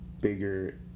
bigger